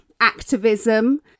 activism